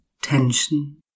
tension